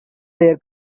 their